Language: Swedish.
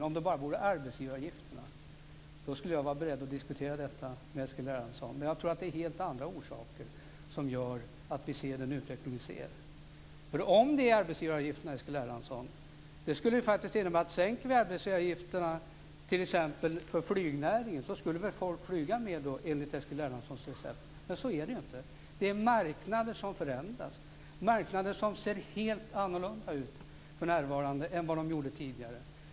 Om det bara vore fråga om arbetsgivaravgifterna så skulle jag vara beredd att diskutera detta med Eskil Erlandsson. Men jag tror att det finns helt andra orsaker till att vi ser den utveckling som vi ser. Om det handlar om arbetsgivaravgifterna, Eskil Erlandsson, så skulle det faktiskt innebära att om vi sänker dem för t.ex. flygnäringen så skulle väl folk flyga mer enligt Eskil Erlandssons recept. Men så är det ju inte. Det är marknaden som förändras, marknaden som för närvarande ser helt annorlunda ut än den gjorde tidigare.